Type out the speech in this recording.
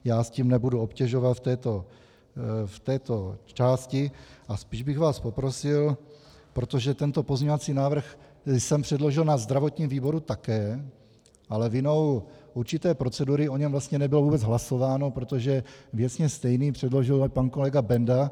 Já s tím nebudu obtěžovat v této části a spíš bych vás poprosil, protože tento pozměňovací návrh jsem předložil na zdravotním výboru také, ale vinou určité procedury o něm vlastně nebylo vůbec hlasováno, protože věcně stejný předložil pan kolega Benda.